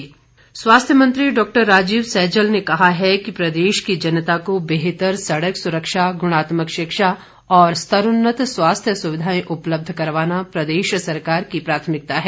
सैजल स्वास्थ्य मंत्री डॉक्टर राजीव सैजल ने कहा है कि प्रदेश की जनता को बेहतर सड़क सुरक्षा गुणात्मक शिक्षा और स्तरोन्नत स्वास्थ्य सुविधाएं उपलब्ध करवाना प्रदेश सरकार की प्रथामिकता है